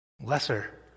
Lesser